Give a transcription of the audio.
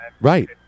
right